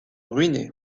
ruiné